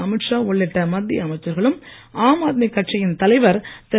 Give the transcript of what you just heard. அமித் ஷா உள்ளிட்ட மத்திய அமைச்சர்களும் ஆம் ஆத்மி கட்சியின் தலைவர் திரு